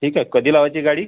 ठीक आहे कधी लावायची गाडी